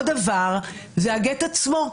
אותו דבר זה הגט עצמו,